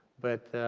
but